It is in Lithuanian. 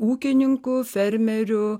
ūkininkų fermerių